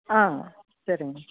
ஆ சரிங்க